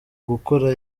gukora